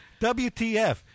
WTF